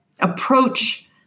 approach